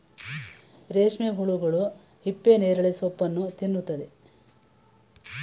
ರೇಷ್ಮೆ ಹುಳುಗಳು ಹಿಪ್ಪನೇರಳೆ ಸೋಪ್ಪನ್ನು ತಿನ್ನುತ್ತವೆ